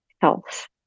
health